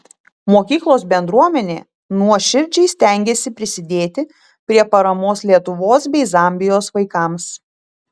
mokyklos bendruomenė nuoširdžiai stengėsi prisidėti prie paramos lietuvos bei zambijos vaikams